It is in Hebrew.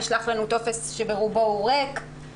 נשלח אלינו טופס שברובו הוא ריק,